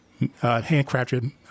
handcrafted